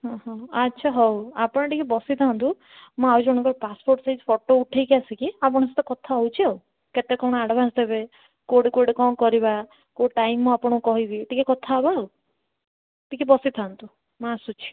ଅହ ଆଚ୍ଛା ହଉ ଆପଣ ଟିକେ ବସିଥାନ୍ତୁ ମୁଁ ଆଉ ଜଣଙ୍କର ପାସପୋର୍ଟ ସାଇଜ୍ ଫଟୋ ଉଠାଇକି ଆସିକି ଆପଣଙ୍କ ସହିତ କଥା ହେଉଛି ଆଉ କେତେ କ'ଣ ଆଡ଼ଭାନ୍ସ ଦେବେ କେଉଁଠି କେଉଁଠି କ'ଣ କରିବା କେଉଁ ଟାଇମ୍ ମୁଁ ଆପଣଙ୍କୁ କହିବି ଟିକେ କଥା ହବା ଆଉ ଟିକେ ବସିଥାନ୍ତୁ ମୁଁ ଆସୁଛି